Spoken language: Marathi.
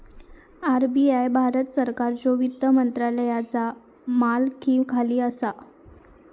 आर.बी.आय भारत सरकारच्यो वित्त मंत्रालयाचा मालकीखाली असा